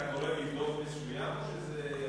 אתה קורא מדוח מסוים, או שזה,